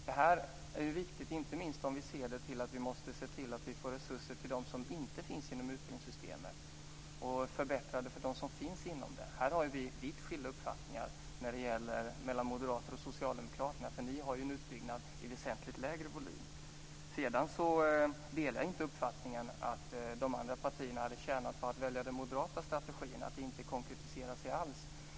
Det här är viktigt inte minst om vi måste se till att få resurser till dem som inte finns inom utbildningssystemet och att förbättra för dem som finns inom det. Vi har i det fallet vitt skilda uppfattningar mellan moderater och socialdemokrater. Ni har en uppbyggnad med en väsentligt mindre volym. Jag delar inte uppfattningen att de andra partierna hade tjänat på att välja den moderata strategin att inte konkretisera sig alls.